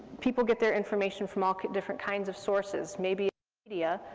people get their information from all different kinds of sources, maybe media,